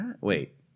Wait